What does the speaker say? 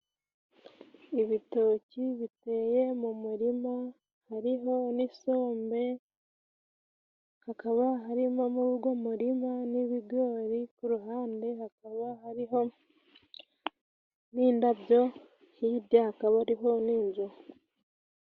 Ibitoki biteye mu murima hariho n'isombe, hakaba harimo muri ugo muririma n'ibigori. Ku ruhande hakaba hariho n'indabyo, hirya hakaba hariho n'inzu.